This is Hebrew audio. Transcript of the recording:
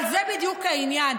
אבל זה בדיוק העניין.